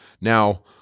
Now